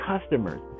customers